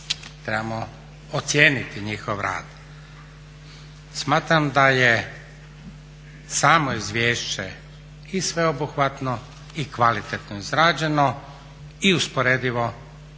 trebamo ocijeniti njihov rad. Smatram da je samo izvješće i sveobuhvatno i kvalitetno izrađeno i usporedivo čak